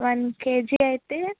one KG అయితే